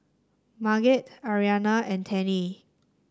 Marget Arianna and Tennie